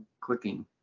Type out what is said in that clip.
clicking